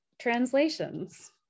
translations